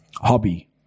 hobby